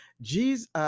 Jesus